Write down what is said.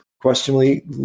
questionably